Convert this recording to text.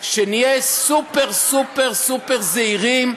שנהיה סופר-סופר-סופר-זהירים,